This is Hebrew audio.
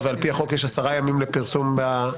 שעל פי החוק יש עשרה ימים לפרסום ברשומות,